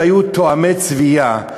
והיו תאומי צבייה,